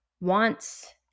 wants